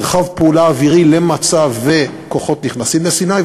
מרחב פעולה אווירי למצב שכוחות נכנסים לסיני,